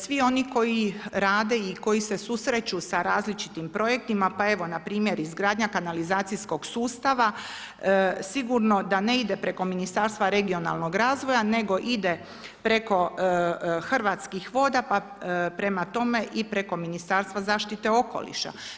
Svi oni koji rade i koji se susreću sa različitim projektima, pa evo npr., izgradnja kanalizacijskog sustava, sigurno da ne ide preko Ministarstva regionalnog razvoja nego ide preko Hrvatskih voda, pa prema tome i preko Ministarstva zaštite okoliša.